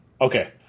okay